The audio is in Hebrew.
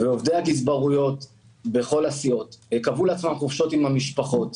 ועובדי הגזברות בכל הסיעות קבעו לעצמם חופשות עם המשפחות,